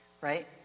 right